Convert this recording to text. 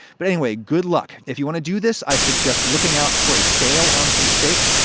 but anyway, good luck. if you want to do this, i suggest looking out for a sale on some steaks,